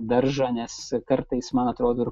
daržą nes kartais man atrodo ir